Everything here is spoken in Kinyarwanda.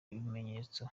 ibimenyetso